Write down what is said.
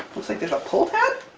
looks like there's a pull tab?